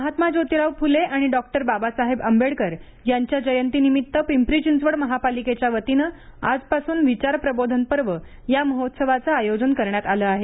महात्मा जोतिराव फुले आणि डॉक्टर बाबासाहेब आंबेडकर यांच्या जयंती निमित्त पिंपरी चिंचवड महापालिकेच्या वतीनं आजपासून विचार प्रबोधन पर्व या महोत्सवाचं आयोजन करण्यात आलं आहे